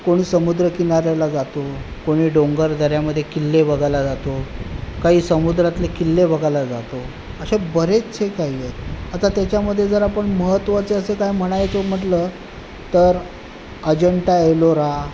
कोणी समुद्र किनाऱ्याला जातो कोणी डोंगरदऱ्यामध्ये किल्ले बघायला जातो काही समुद्रातले किल्ले बघायला जातो असे बरेचसे काही आहेत आता त्याच्यामध्ये जर आपण महत्त्वाचे असे काय म्हणायचो म्हटलं तर अजंटा एलोरा